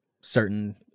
certain